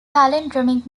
palindromic